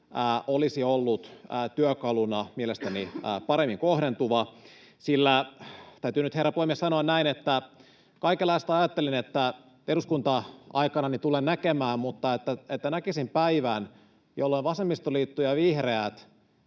olisi ollut työkaluna mielestäni paremmin kohdentuva, sillä täytyy nyt, herra puhemies, sanoa, että kaikenlaista ajattelin, että eduskunta-aikanani tulen näkemään, mutta että näkisin päivän, jolloin vasemmistoliitto ja vihreät